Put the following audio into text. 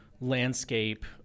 landscape